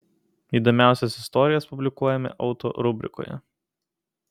įdomiausias istorijas publikuojame auto rubrikoje